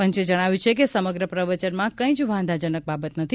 પંચે જણાવ્યું છે કે સમગ્ર પ્રવચનમાં કંઈ જ વાંધાજનક બાબત નથી